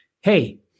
hey